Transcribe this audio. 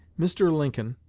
mr. lincoln,